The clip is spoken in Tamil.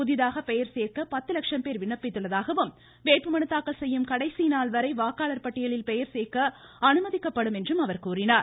புதிதாக பெயர் சேர்க்க பத்து லட்சம் பேர் விண்ணப்பித்துள்ளதாகவும் வேட்பு மனுத்தாக்கல் செய்யும் கடைசிநாள் வரை வாக்காளர் பட்டியலில் பெயர் சேர்க்க அனுமதிக்கப்படும் என்றும் அவர் கூறினார்